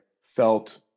felt